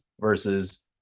versus